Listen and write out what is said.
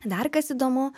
dar kas įdomu